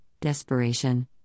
desperation